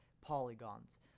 polygons